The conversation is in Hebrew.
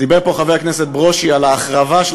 דיבר פה חבר הכנסת ברושי על ההחרבה של